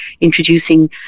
introducing